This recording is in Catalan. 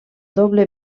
doble